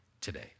today